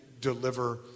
deliver